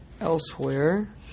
elsewhere